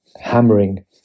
hammering